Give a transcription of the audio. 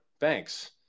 banks